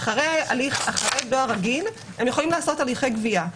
אחרי דואר רגיל, הם יכולים לעשות הליכי גבייה.